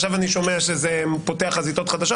עכשיו אני שומע שזה פותח חזיתות חדשות.